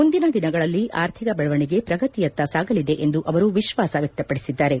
ಮುಂದಿನ ದಿನಗಳಲ್ಲಿ ಆರ್ಥಿಕ ಬೆಳವಣಿಗೆ ಪ್ರಗತಿಯತ್ತ ಸಾಗಲಿದೆ ಎಂದು ಅವರು ವಿಶ್ಲಾಸ ವ್ಯಕ್ತಪಡಿಸಿದ್ದಾರೆ